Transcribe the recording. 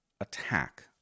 attack